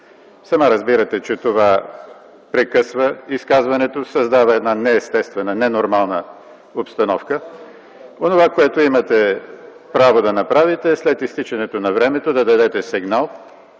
Сама разбирате, че това прекъсване на изказването създава неестествено, ненормална обстановка. Онова, което имате право да направите, е след изтичане на времето да дадете сигнал